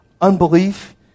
unbelief